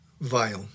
vile